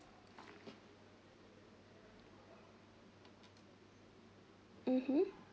(uh huh)